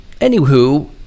Anywho